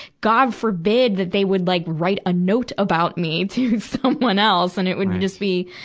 god forbid that they would like write a note about me to someone else, and it would just be,